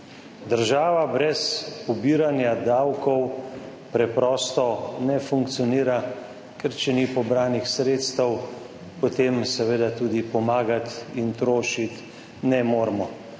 Država brez pobiranja davkov preprosto ne funkcionira, ker če ni pobranih sredstev, potem, seveda, tudi pomagati in trošiti ne moremo.